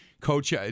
Coach